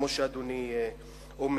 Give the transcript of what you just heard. כמו שאדוני אומר.